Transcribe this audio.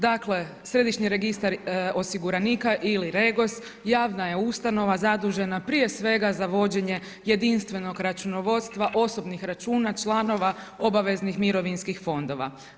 Dakle, središnji registar osiguranika ili REGOS javna je ustanova zadužena prije svega za vođenje jedinstvenog računovodstva osobnih računa članova obaveznih mirovinskih fondova.